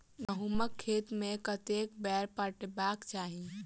गहुंमक खेत केँ कतेक बेर पटेबाक चाहि?